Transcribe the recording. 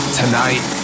tonight